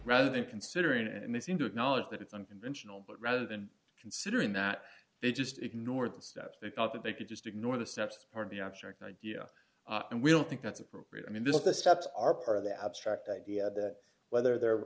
rather than considering and they seem to acknowledge that it's unconventional but rather than considering that they just ignored the step they thought that they could just ignore the steps part of the abstract idea and we don't think that's appropriate i mean this the steps are part of the abstract idea that whether they're